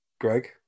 Greg